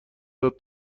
داد